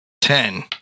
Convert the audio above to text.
Ten